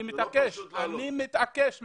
אני מתעקש.